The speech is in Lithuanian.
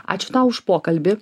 ačiū tau už pokalbį